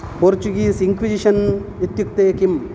Portuguese Inquisition इत्युक्ते किं